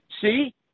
see –